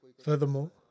Furthermore